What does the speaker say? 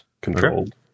controlled